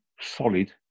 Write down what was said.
solid